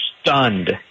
stunned